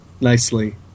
nicely